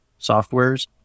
softwares